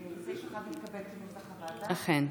סעיף 1, כנוסח הוועדה, התקבל.